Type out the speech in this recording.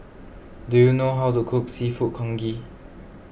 do you know how to cook Seafood Congee